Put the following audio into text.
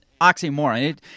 oxymoron